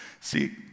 See